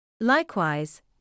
Likewise